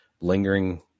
lingering